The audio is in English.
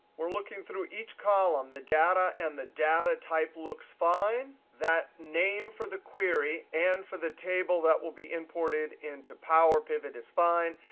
we're looking through each column. the data and the data type looks fine. that name for the query and for the table that will be imported into power pivot is fine.